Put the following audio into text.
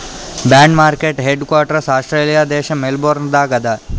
bond market headquarters Australia ದೇಶ್ Melbourne ದಾಗ್ ಅದಾ